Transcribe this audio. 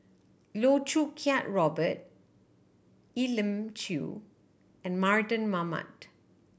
Loh Choo Kiat Robert Elim Chew and Mardan Mamat